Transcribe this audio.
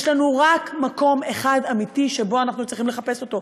יש לנו רק מקום אחד אמיתי שבו אנחנו צריכים לחפש אותו,